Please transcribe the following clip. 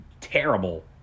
terrible